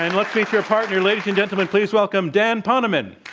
and let's meet your partner. ladies and gentlemen, please welcome dan poneman.